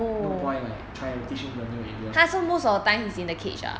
no point lah try and teach him in a new area